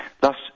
Thus